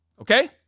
Okay